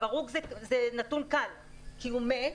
הרוג זה נתון קל כי הוא מת,